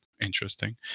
interesting